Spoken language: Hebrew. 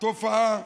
תופעה